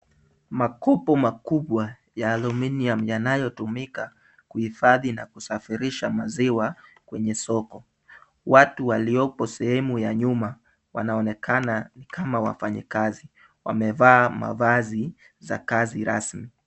Makopo makubwa ya aluminium yanayotumika kuhifadhi na kusafirisha maziwa kwenye soko. Watu walioko sehemu ya nyuma wanaonekana kama wafanyikazi. Wamevaa mavazi za kazi rasmi.